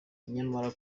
nyamara